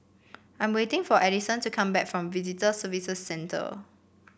I'm waiting for Adison to come back from Visitor Services Centre